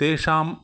तेषाम्